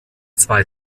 zwei